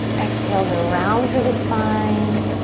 exhale to round through the spine,